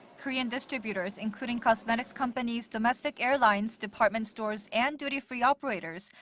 korean distributors, including cosmetics companies, domestic airlines, department stores, and duty-free operators.